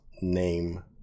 name